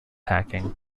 hacking